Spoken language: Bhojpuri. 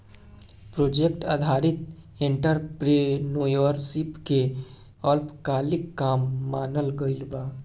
प्रोजेक्ट आधारित एंटरप्रेन्योरशिप के अल्पकालिक काम मानल गइल बा